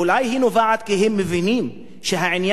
אולי היא נובעת מזה שהם מבינים שהעניין